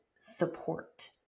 support